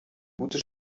gute